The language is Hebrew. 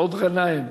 גנאים.